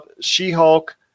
She-Hulk